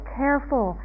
careful